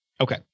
Okay